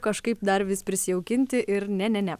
kažkaip dar vis prisijaukinti ir ne ne ne